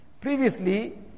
Previously